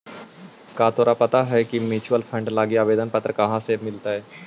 का तोरा पता हो की म्यूचूअल फंड लागी आवेदन पत्र कहाँ से मिलतई?